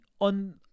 on